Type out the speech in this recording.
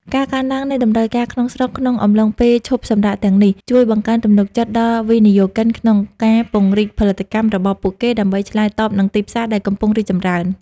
ការកើនឡើងនៃតម្រូវការក្នុងស្រុកក្នុងអំឡុងពេលឈប់សម្រាកទាំងនេះ ជួយបង្កើនទំនុកចិត្តដល់វិនិយោគិនក្នុងការពង្រីកផលិតកម្មរបស់ពួកគេដើម្បីឆ្លើយតបនឹងទីផ្សារដែលកំពុងរីកចម្រើន។